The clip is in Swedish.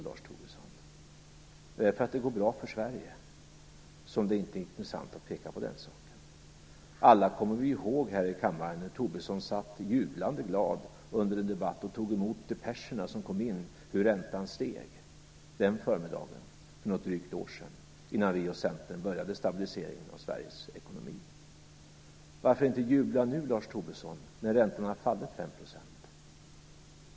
Är det för att det går bra för Sverige som det inte är intressant att peka på den saken? Alla kommer vi i kammaren ihåg hur Lars Tobisson under en debatt jublande glad tog emot depescherna om hur räntan steg en förmiddag för drygt ett år sedan innan vi och Centern inledde stabiliseringen av Sveriges ekonomi. Varför inte jubla nu, Lars Tobisson, när räntorna har fallit 5 %?